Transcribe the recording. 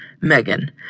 Megan